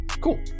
cool